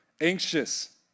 anxious